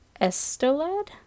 Estolad